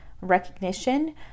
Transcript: Recognition